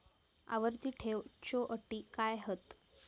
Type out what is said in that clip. आवर्ती ठेव च्यो अटी काय हत?